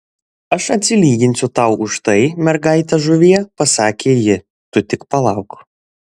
aš atsilyginsiu tau už tai mergaite žuvie pasakė ji tu tik palauk